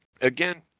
again